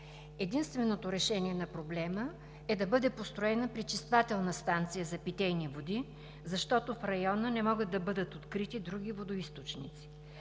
Единственото решение на проблема е да бъде построена пречиствателна станция за питейни води, защото в района не могат да бъдат открити други водоизточници.